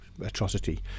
atrocity